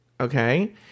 okay